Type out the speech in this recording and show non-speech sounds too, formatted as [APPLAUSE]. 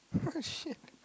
[LAUGHS] shit